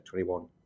21